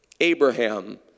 Abraham